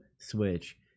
Switch